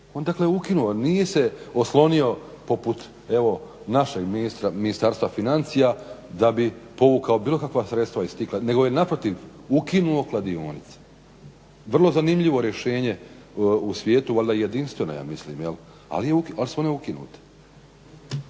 je dakle ukinuo. Nije se oslonio poput našeg Ministarstva financija da bi povukao bilo kakva sredstva iz tih, nego je naprotiv ukinuo kladionice. Vrlo zanimljivo u svijetu valjda jedinstveno jel, ali su one ukinute.